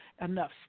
enough